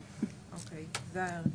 שלה.